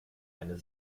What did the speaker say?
eine